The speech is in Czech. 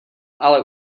ale